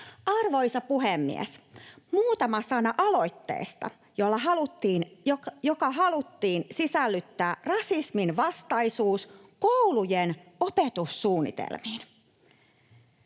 Arvoisa puhemies! Muutama sana aloitteesta, jolla haluttiin sisällyttää rasisminvastaisuus koulujen opetussuunnitelmiin.